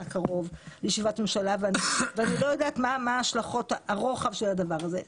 הקרוב ואני לא יודעת מה השלכות הרוחב של הדבר הזה.